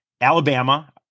Alabama